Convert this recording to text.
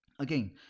Again